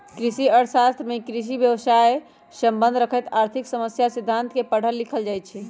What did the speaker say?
कृषि अर्थ शास्त्र में कृषि व्यवसायसे सम्बन्ध रखैत आर्थिक समस्या आ सिद्धांत के पढ़ल लिखल जाइ छइ